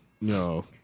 No